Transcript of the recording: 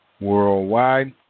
Worldwide